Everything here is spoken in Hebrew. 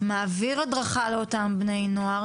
ומעביר הדרכה לאותם בני נוער?